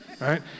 right